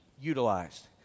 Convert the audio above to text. utilized